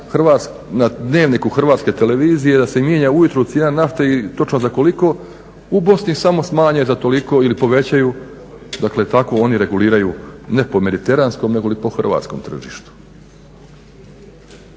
na Dnevniku HTV-a da se mijenja ujutro cijena nafte i točno za koliko, u Bosni je samo smanje za toliko ili povećaju. Dakle tako oni reguliraju, ne po mediteranskom nego po hrvatskom tržištu.